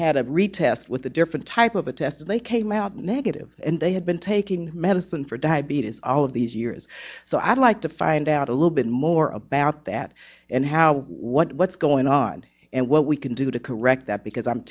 retest with a different type of a test they came out negative and they had been taking medicine for diabetes all of these years so i'd like to find out a little bit more about that and how what's going on and what we can do to correct that because i'm